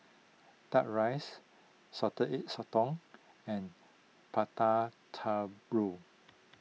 Duck Rice Salted Egg Sotong and Prata Telur